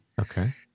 Okay